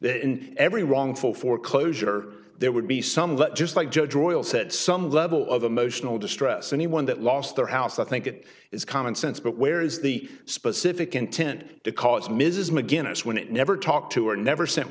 in every wrongful foreclosure there would be some but just like judge royal said some level of emotional distress anyone that lost their house i think it is common sense but where is the specific intent to cause mrs mcguinness when it never talked to or never sent